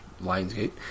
Lionsgate